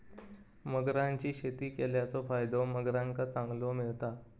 मगरांची शेती केल्याचो फायदो मगरांका चांगलो मिळता